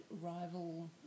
rival